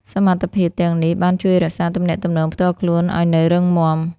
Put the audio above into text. សមត្ថភាពទាំងនេះបាន ជួយរក្សាទំនាក់ទំនងផ្ទាល់ខ្លួនឲ្យនៅរឹងមាំ។